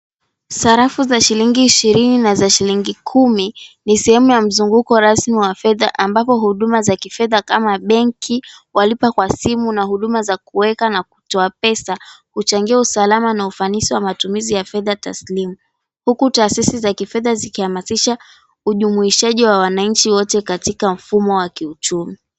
Sarafu za shilingi ishirini na za shilingi kumi ni sehemu ya mzunguko rasmi wa fedha, ambapo huduma za kifedha kama benki, walipa kwa simu, na huduma za kuweka na kutoa pesa, huchangia usalama na ufanisi wa matumizi ya fedha taslimu. Huku taasisi za kifedha zikihamasisha ujumuishaji wa wananchi wote katika mfumo wa kiuchumi.